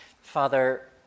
Father